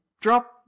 Drop